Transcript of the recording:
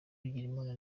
bigirimana